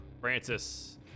Francis